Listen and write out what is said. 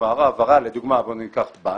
לדוגמה, בנק,